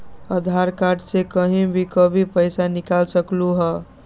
आधार card से कहीं भी कभी पईसा निकाल सकलहु ह?